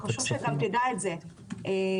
וחשוב שתדע על המודל הזה,